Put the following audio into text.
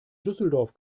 düsseldorf